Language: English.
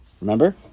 Remember